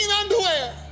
underwear